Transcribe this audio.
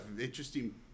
interesting